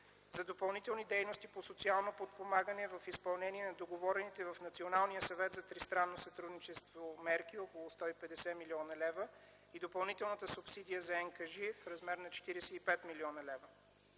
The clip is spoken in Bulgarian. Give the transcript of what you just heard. за допълнителни дейности по социално подпомагане в изпълнение на договорените в Националния съвет за тристранно сътрудничество мерки – около 150 млн. лв., и допълнителната субсидия за Национална